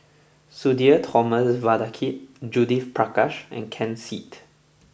Sudhir Thomas Vadaketh Judith Prakash and Ken Seet